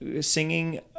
singing